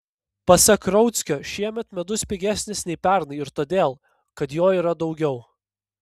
pasak rauckio šiemet medus pigesnis nei pernai ir todėl kad jo yra daugiau